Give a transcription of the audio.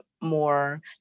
more